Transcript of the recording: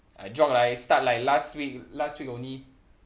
I jog like I start like last week last week only